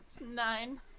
nine